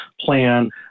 plan